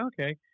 okay